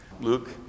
Luke